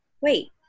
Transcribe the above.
wait